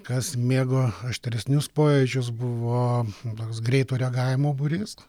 kas mėgo aštresnius pojūčius buvo toks greito reagavimo būrys